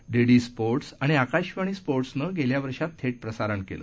DD sports आणि आकाशवाणी स्पोर्ट्सनं गेल्या वर्षात थेट प्रसारण केलं